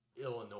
Illinois